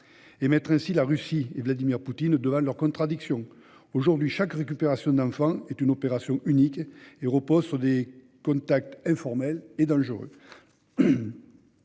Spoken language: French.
de mettre la Russie et Vladimir Poutine devant leurs contradictions. Aujourd'hui, chaque récupération d'enfant est une opération isolée, qui repose sur des contacts informels et dangereux.